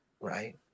right